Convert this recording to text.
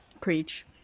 preach